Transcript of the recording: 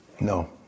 No